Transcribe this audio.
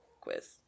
quiz